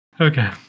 okay